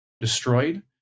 destroyed